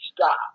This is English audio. stop